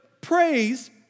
praise